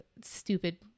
stupid